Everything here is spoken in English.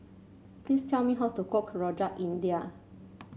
please tell me how to cook Rojak India